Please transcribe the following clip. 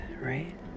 right